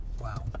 Wow